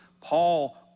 Paul